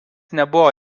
nebuvo